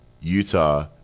Utah